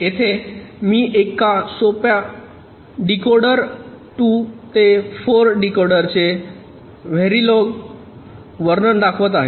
येथे मी एका सोप्या डीकोडर 2 ते 4 डीकोडरचे व्हॅरिलोग वर्णन दाखवत आहे